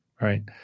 right